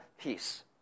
peace